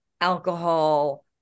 alcohol